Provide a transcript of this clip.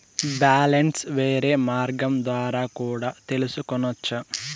Balance వేరే మార్గం ద్వారా కూడా తెలుసుకొనొచ్చా?